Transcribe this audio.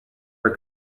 are